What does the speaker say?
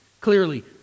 Clearly